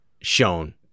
shown